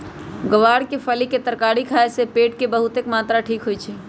ग्वार के फली के तरकारी खाए से पेट के बहुतेक बीमारी ठीक होई छई